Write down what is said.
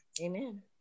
Amen